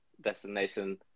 destination